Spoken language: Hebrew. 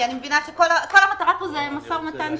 כי כל המטרה פה זה משא ומתן.